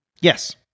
Yes